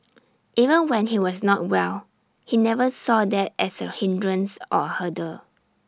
even when he was not well he never saw A that as A hindrance or A hurdle